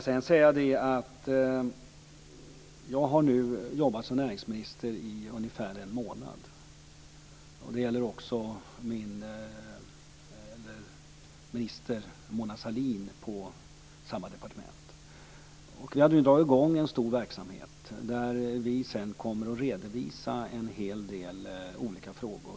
Jag har nu jobbat som näringsminister i ungefär en månad. Detsamma gäller också för min ministerkollega Mona Sahlin på samma departement. Vi har nu dragit i gång en stor verksamhet, där vi sedan kommer att redovisa en hel del olika frågor.